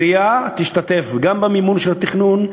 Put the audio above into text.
עירייה תשתתף גם במימון של התכנון,